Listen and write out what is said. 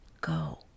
Go